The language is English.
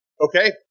Okay